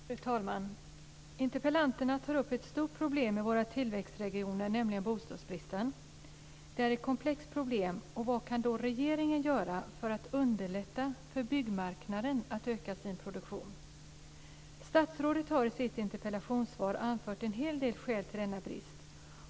Fru talman! Interpellanterna tar upp ett stort problem i våra tillväxtregioner, nämligen bostadsbristen. Det är ett komplext problem. Och vad kan då regeringen göra för att underlätta för byggmarknaden att öka sin produktion? Statsrådet har i sitt interpellationssvar anfört en hel del skäl till denna brist.